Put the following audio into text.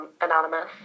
Anonymous